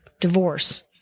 divorce